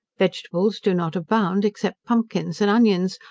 vegetables do not abound, except pumpkins and onions,